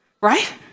right